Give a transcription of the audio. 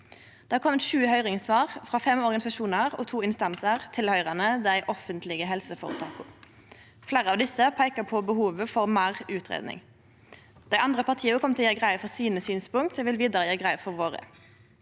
Det har kome sju høyringssvar, frå fem organisasjonar og to instansar tilhøyrande dei offentlege helseføretaka. Fleire av desse peikar på behovet for meir utgreiing. Dei andre partia kjem til å gjere greie for synspunkta sine, så eg vil vidare gjere greie for våre.